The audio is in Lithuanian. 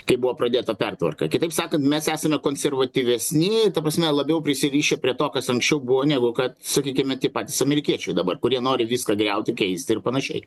kai buvo pradėta pertvarka kitaip sakant mes esame konservatyvesni ta prasme labiau prisirišę prie to kas anksčiau buvo negu kad sakykime tie patys amerikiečiai dabar kurie nori viską griauti keisti ir panašiai